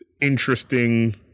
interesting